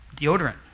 deodorant